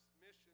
mission